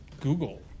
Google